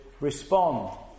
respond